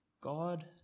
God